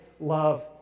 love